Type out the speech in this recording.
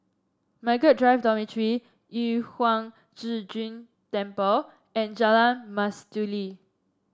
Mmargaret Drive Dormitory Yu Huang Zhi Zun Temple and Jalan Mastuli